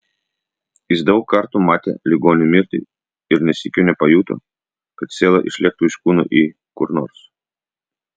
jis daug kartų matė ligonių mirtį ir nė sykio nepajuto kad siela išlėktų iš kūno į kur nors